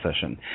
session